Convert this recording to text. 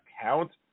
account